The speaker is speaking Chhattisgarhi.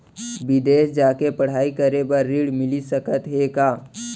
बिदेस जाके पढ़ई करे बर ऋण मिलिस सकत हे का?